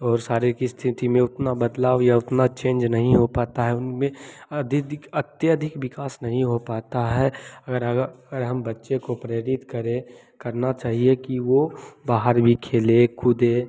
और सारे की स्थिति में अपना बदलाव या उतना चेंज नहीं हो पता है उनमें अधिक विकास अत्यधिक विकास नहीं हो पता है और अगर अगर हम बच्चे को प्रेरित करें करना चाहिए कि वो बाहर भी खेलें कूदें